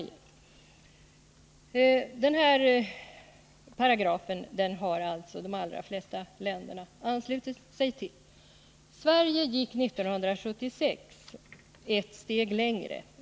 En sådan här paragraf har alltså de allra flesta länder. Sverige gick år 1976 ett steg längre.